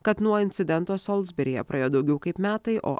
kad nuo incidento solsberyje praėjo daugiau kaip metai o